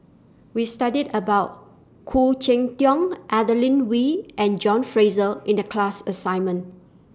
We studied about Khoo Cheng Tiong Adeline Wee and John Fraser in The class assignment